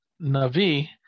Navi